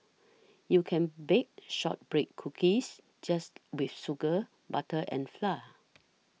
you can bake Shortbread Cookies just with sugar butter and flour